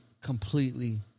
completely